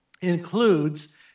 includes